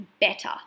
better